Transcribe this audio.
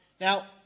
Now